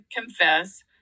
confess